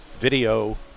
video